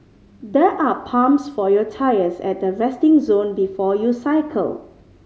there are pumps for your tyres at the resting zone before you cycle